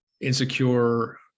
insecure